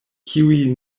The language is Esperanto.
kiuj